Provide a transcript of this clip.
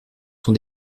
son